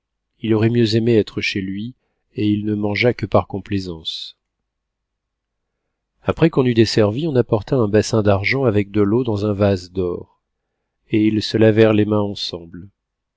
il aurait mieux aimé être chez lui et il ne mangea que par complaisance après qu'on eut desservi on apporta un bassin d'argent avec de feau dans un vase d'or et ils se lavèrent les mains ensemble